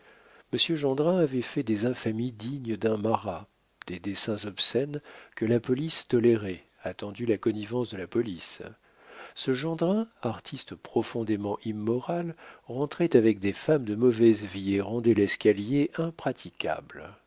gendrin avait fait des infamies dignes d'un marat des dessins obscènes que la police tolérait attendu la connivence de la police ce gendrin artiste profondément immoral rentrait avec des femmes de mauvaise vie et rendait l'escalier impraticable